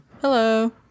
Hello